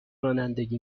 رانندگی